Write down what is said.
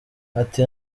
ati